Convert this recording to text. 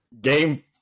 game